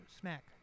snack